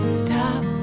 stop